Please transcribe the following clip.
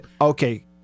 Okay